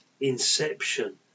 Inception